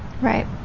Right